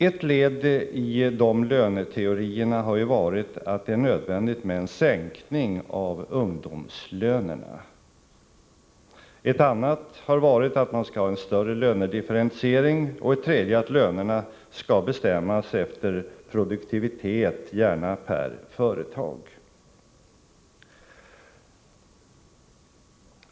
En del i dessa löneteorier har varit att det är nödvändigt med en sänkning av ungdomslönerna. En annan del har varit att man skall ha en större lönedifferentiering och en tredje del har varit att lönerna skall bestämmas efter produktivitet — gärna per företag.